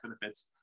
benefits